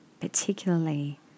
particularly